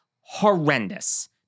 horrendous